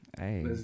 Hey